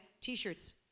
T-shirts